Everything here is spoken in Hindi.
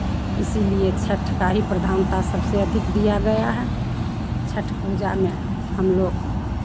इसीलिए छठ का ही प्रधानता सबसे अधिक दिया गया है छठ पूजा में हम लोग